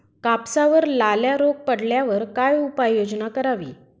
कापसावर लाल्या रोग पडल्यावर काय उपाययोजना करावी?